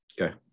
Okay